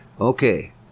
okay